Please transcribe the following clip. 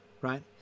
right